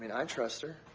and i trust her.